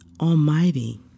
almighty